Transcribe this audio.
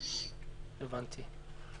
הבנתי.